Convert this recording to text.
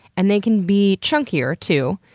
and they can be chunkier too,